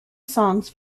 songs